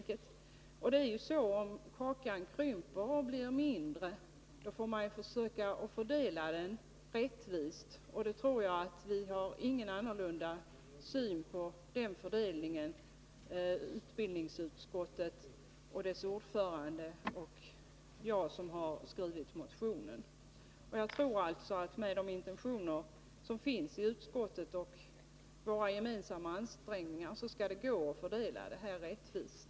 Om kakan krymper och blir mindre, får man ju försöka fördela den rättvist. Jag tror inte att jag, som har skrivit motionen, utbildningsutskottet och dess ordförande har olika syn på den fördelningen. Med tanke på utskottets intentioner tror jag att vi med gemensamma ansträngningar skall kunna fördela det här rättvist.